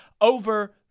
over